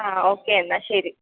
ആഹ് okay എന്നാൽ ശരി